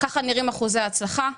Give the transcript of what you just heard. ככה נראים אחוזי הצלחה,